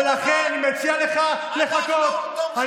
ולכן, מציע לך לחכות.